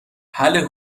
حله